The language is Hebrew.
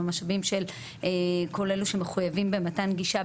המשאבים של כל אלו שמחויבים למתן גישה,